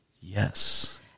Yes